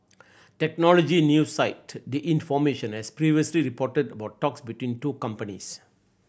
technology news site the information has previously reported about talks between two companies